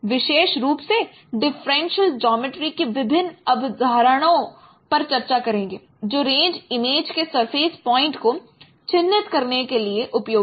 विशेष रूप से differential geometry की विभिन्न अवधारणाओं पर चर्चा करेंगे जो रेंज इमेज के सरफेस पॉइंट को चिह्नित करने के लिए उपयोगी हैं